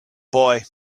boy